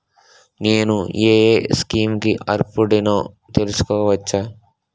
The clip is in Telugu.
నేను యే యే స్కీమ్స్ కి అర్హుడినో తెలుసుకోవచ్చా?